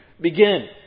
begin